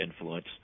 influence